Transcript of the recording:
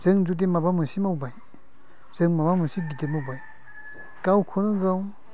जों जुदि माबा मोनसे मावबाय जों माबा मोनसे गिदिर मावबाय गावखौनो गाव